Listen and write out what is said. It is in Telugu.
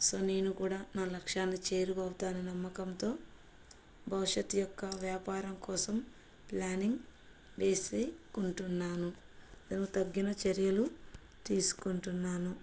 సో నేను కూడా నా లక్ష్యాన్ని చేరువవుతానన్న నమ్మకంతో భవిష్యత్తు యొక్క వ్యాపారం కోసం ప్లానింగ్ వేసుకుంటున్నాను నేను తగిన చర్యలు తీసుకుంటున్నాను